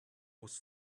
was